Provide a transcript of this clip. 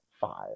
five